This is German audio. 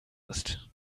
ist